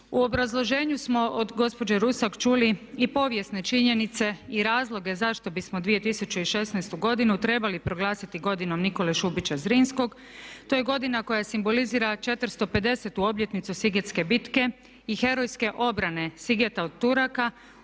U obrazloženju smo od gospođe Rusak čuli i povijesne činjenice i razloge zašto bismo 2016. godinu trebali proglasiti godinom Nikole Šubića Zrinskog. To je godina koja simbolizira 450. obljetnicu sigetske bitke i herojske obrane Sigeta od Turaka